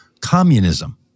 communism